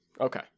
Okay